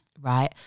Right